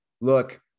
look